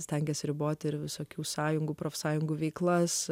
stengiasi riboti ir visokių sąjungų profsąjungų veiklas